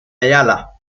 ayala